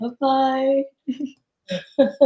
Bye-bye